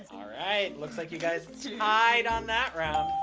all right. looks like you guys tied on that round.